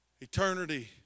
eternity